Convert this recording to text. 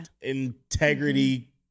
integrity